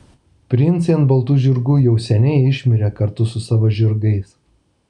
princai ant baltų žirgų jau seniai išmirė kartu su savo žirgais